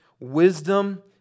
Wisdom